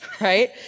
right